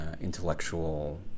intellectual